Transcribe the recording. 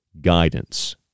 Guidance